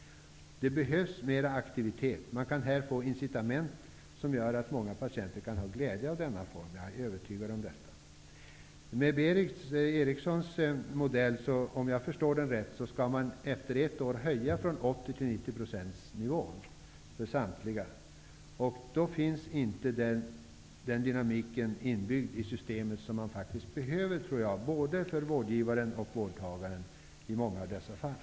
Det behövs mer aktivitet. Man kan här få incitament som gör att många patienter kan få glädje av detta system. Det är jag övertygad om. Om jag har förstått Berith Erikssons modell skall man efter ett år höja ersättningen från 80 till 90 % för samtliga. Då får man inte den dynamik inbyggd i systemet som faktiskt behövs både för vårdgivaren och vårdtagaren i många av dessa fall.